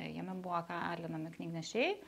jame buvo kalinami knygnešiai